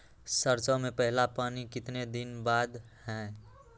सरसों में पहला पानी कितने दिन बाद है?